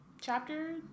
chapter